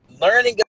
learning